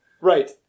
Right